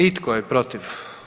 I tko je protiv?